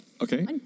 Okay